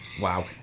Wow